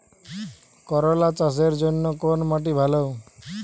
করলা চাষের জন্য কোন মাটি ভালো?